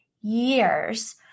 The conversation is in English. years